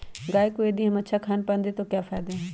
गाय को यदि हम अच्छा खानपान दें तो क्या फायदे हैं?